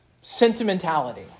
sentimentality